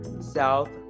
South